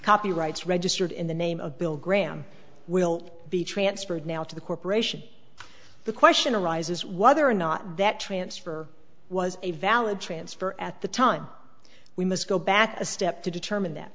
copyrights registered in the name of bill graham will be transferred now to the corporation the question arises whether or not that transfer was a valid transfer at the time we must go back a step to determine that